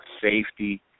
safety